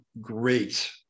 great